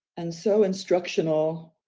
and so instructional,